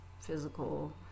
physical